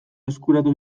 eskuratu